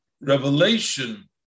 revelation